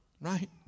Right